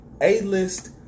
A-list